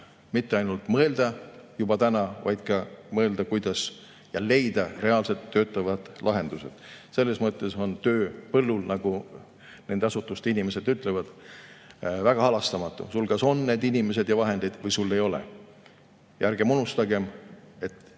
mitte ainult mõelda täna, vaid ka leida reaalselt töötavad lahendused. Selles mõttes on töö põllul, nagu nende asutuste inimesed ütlevad, väga halastamatu: sul kas on need inimesed ja vahendid või sul ei ole. Ja ärgem unustagem, et